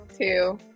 two